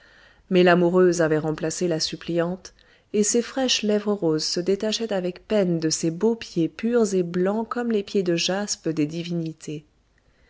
mais l'amoureuse avait remplacé la suppliante et ses fraîches lèvres roses se détachaient avec peine de ces beaux pieds purs et blancs comme les pieds de jaspe des divinités